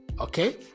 okay